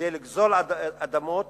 כדי לגזול אדמות